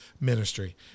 ministry